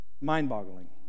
Mind-boggling